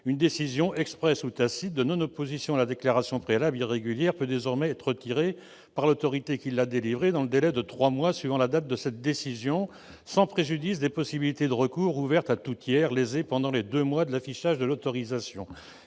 une décision expresse ou tacite de non-opposition à une déclaration préalable irrégulière peut désormais être retirée par l'autorité qui l'a délivrée dans un délai de trois mois suivant la date de cette décision, sans préjudice des possibilités de recours ouvertes à tout tiers lésé pendant les deux mois de l'affichage de l'autorisation.